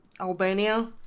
Albania